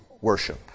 worship